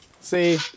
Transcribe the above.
See